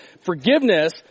Forgiveness